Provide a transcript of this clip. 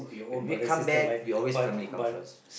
when we come back we always family come first